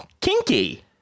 Kinky